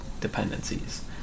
dependencies